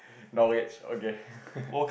knowledge okay